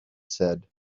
said